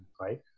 right